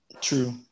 True